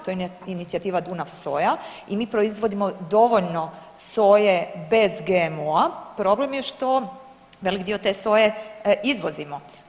To je inicijativa Dunav soja i mi proizvodimo dovoljno soje bez GMO-a, problem je što veliki dio te soje izvozimo.